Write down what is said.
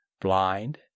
blind